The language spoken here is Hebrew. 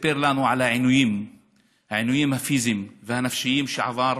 על העינויים הפיזיים והנפשיים שעבר,